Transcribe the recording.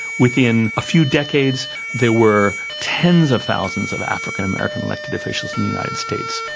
within a few decades there were tens of thousands of african american elected officials in the united states.